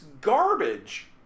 garbage